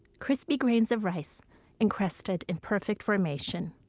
crispy grains of rice encrusted in perfect formation.